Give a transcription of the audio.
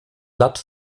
blatt